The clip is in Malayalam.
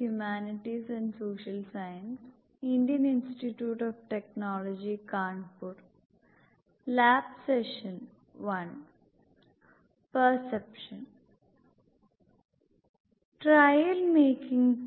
trial making